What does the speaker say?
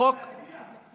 שבאו להצביע.